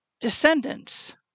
descendants